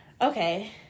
okay